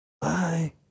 Bye